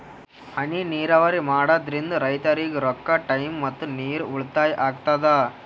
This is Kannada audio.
ಹನಿ ನೀರಾವರಿ ಮಾಡಾದ್ರಿಂದ್ ರೈತರಿಗ್ ರೊಕ್ಕಾ ಟೈಮ್ ಮತ್ತ ನೀರ್ ಉಳ್ತಾಯಾ ಆಗ್ತದಾ